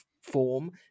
form